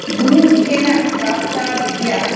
गुरुमुखेन प्राप्ता विद्या